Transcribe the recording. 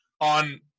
on